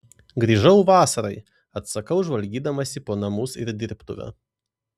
grįžau vasarai atsakau žvalgydamasi po namus ir dirbtuvę